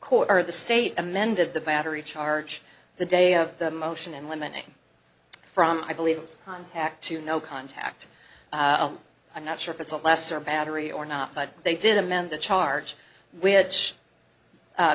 court of the state amended the battery charge the day of the motion and limiting from i believe contact to no contact i'm not sure if it's a lesser battery or not but they did amend the charge which